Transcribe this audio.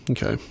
Okay